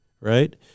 Right